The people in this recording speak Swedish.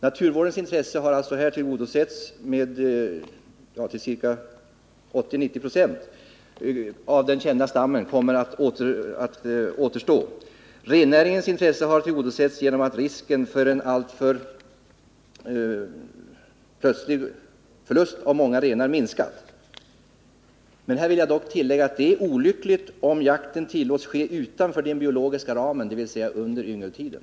Naturvårdens intresse har alltså här tillgodosetts genom att ca 80-90 926 av den kända vargstammen kommer att återstå, och rennäringens intresse har tillgodosetts genom att risken har minskat för en alltför plötslig förlust av många renar. Här vill jag dock tillägga att det är olyckligt om jakten tillåts ske utanför den biologiska ramen, dvs. under yngeltiden.